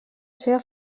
seva